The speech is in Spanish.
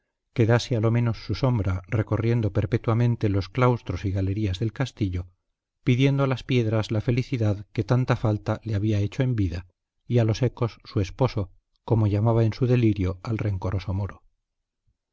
quedase a lo menos su sombra recorriendo perpetuamente los claustros y galerías del castillo pidiendo a las piedras la felicidad que tanta falta le había hecho en vida y a los ecos su esposo como llamaba en su delirio al rencoroso moro